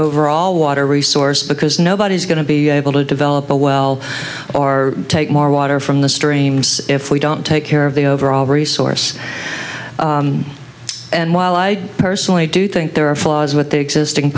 overall water resource because nobody's going to be able to develop a well or take more water from the streams if we don't take care of the overall resource and while i personally do think there are flaws with the existing